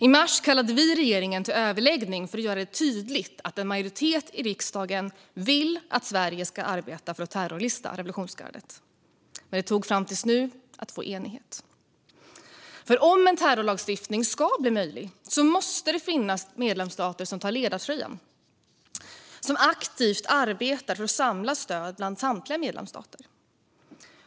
I mars kallade vi regeringen till överläggning för att göra det tydligt att en majoritet i riksdagen vill att Sverige ska arbeta för att terrorlista revolutionsgardet, men det tog ända till nu att få enighet. Om en terrorlistning ska bli möjlig måste det finnas medlemsstater som tar ledartröjan och arbetar aktivt för att samla stöd bland samtliga medlemsstater.